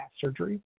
surgery